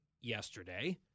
yesterday